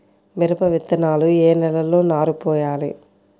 మిరప విత్తనాలు ఏ నెలలో నారు పోయాలి?